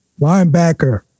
linebacker